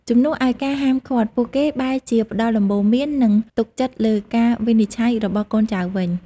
ជំនួសឱ្យការហាមឃាត់ ពួកគេបែរជាផ្តល់ដំបូន្មាន និងទុកចិត្តលើការវិនិច្ឆ័យរបស់កូនចៅវិញ។